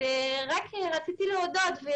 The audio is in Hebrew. רציתי להודות.